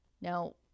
Now